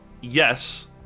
yes